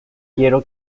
quiero